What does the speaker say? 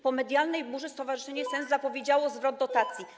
Po medialnej burzy stowarzyszenie „SENS” zapowiedziało zwrot dotacji.